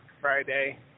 Friday